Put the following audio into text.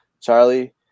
charlie